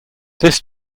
this